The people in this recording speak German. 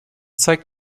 zeigt